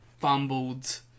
fumbled